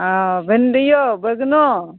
ओ भिन्डिओ बैगनो